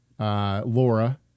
Laura